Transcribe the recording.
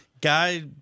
guy